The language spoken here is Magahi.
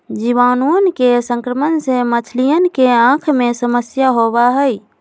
जीवाणुअन के संक्रमण से मछलियन के आँख में समस्या होबा हई